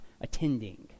attending